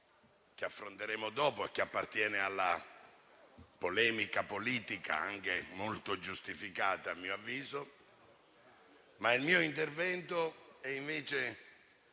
che affronteremo dopo e che appartiene alla polemica politica, anche molto giustificata a mio avviso. Il mio intervento è invece